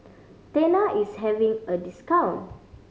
Tena is having a discount